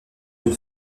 une